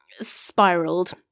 spiraled